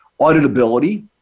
auditability